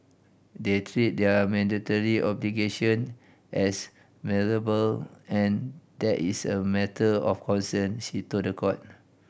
they treat their mandatory obligation as malleable and that is a matter of concern she told the court